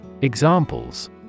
Examples